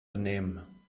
benehmen